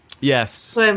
Yes